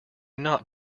not